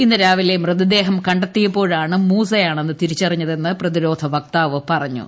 ഇന്ന് രാവിലെ മൃതദേഹം പൂ കണ്ടെത്തിയപ്പോഴാണ് മൂസയാണെന്ന് തിരിച്ചറിഞ്ഞതെന്ന് പ്രതിരോധ വക്താവ് പറഞ്ഞു